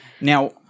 Now